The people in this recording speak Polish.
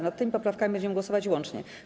Nad tymi poprawkami będziemy głosować łącznie.